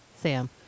Sam